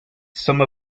some